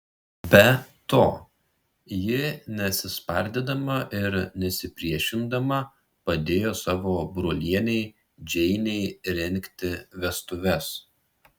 be to ji nesispardydama ir nesipriešindama padėjo savo brolienei džeinei rengti vestuves